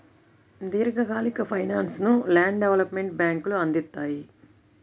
దీర్ఘకాలిక ఫైనాన్స్ను land development బ్యేంకులు అందిత్తాయి